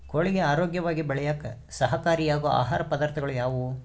ಕೋಳಿಗೆ ಆರೋಗ್ಯವಾಗಿ ಬೆಳೆಯಾಕ ಸಹಕಾರಿಯಾಗೋ ಆಹಾರ ಪದಾರ್ಥಗಳು ಯಾವುವು?